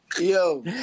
yo